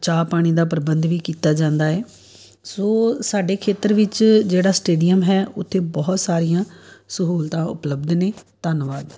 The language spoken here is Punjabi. ਚਾਹ ਪਾਣੀ ਦਾ ਪ੍ਰਬੰਧ ਵੀ ਕੀਤਾ ਜਾਂਦਾ ਹੈ ਸੋ ਸਾਡੇ ਖੇਤਰ ਵਿੱਚ ਜਿਹੜਾ ਸਟੇਡੀਅਮ ਹੈ ਉਥੇ ਬਹੁਤ ਸਾਰੀਆਂ ਸਹੂਲਤਾਂ ਉਪਲਬਧ ਨੇ ਧੰਨਵਾਦ